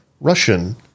Russian